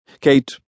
Kate